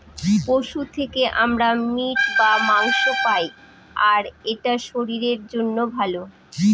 পশু থেকে আমরা মিট বা মাংস পায়, আর এটা শরীরের জন্য ভালো